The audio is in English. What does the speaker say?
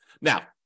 Now